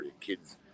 Kids